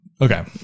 Okay